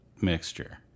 mixture